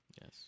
Yes